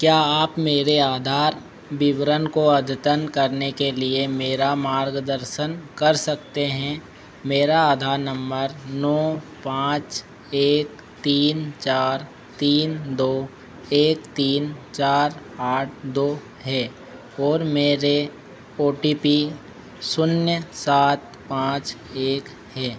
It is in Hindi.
क्या आप मेरे आधार विवरण को अद्यतन करने के लिए मेरा मार्गदर्शन कर सकते हैं मेरा आधार नम्बर नौ पाँच एक तीन चार तीन दो एक तीन चार आठ दो है ओर मेरे ओ टी पी शून्य सात पाँच एक हैं